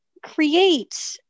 Create